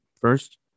first